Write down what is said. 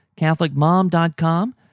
catholicmom.com